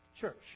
church